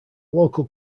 local